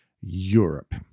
Europe